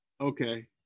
okay